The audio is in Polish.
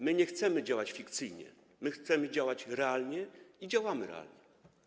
My nie chcemy działać fikcyjnie, my chcemy działać realnie i działamy realnie.